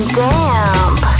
damp